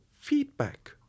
feedback